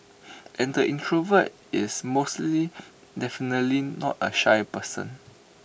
and the introvert is mostly definitely not A shy person